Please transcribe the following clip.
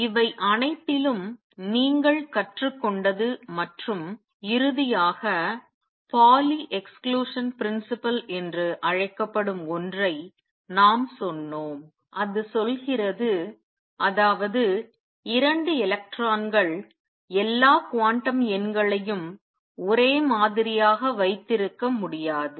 இவை அனைத்திலும் நீங்கள் கற்றுக்கொண்டது மற்றும் இறுதியாக பவுலி விலக்கு கோட்பாடு என்று அழைக்கப்படும் ஒன்றை நாம் சொன்னோம் அது சொல்கிறது அதாவது 2 எலக்ட்ரான்கள் எல்லா குவாண்டம் எண்களையும் ஒரே மாதிரியாக வைத்திருக்க முடியாது